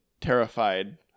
terrified